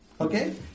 Okay